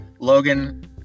Logan